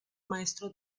maestro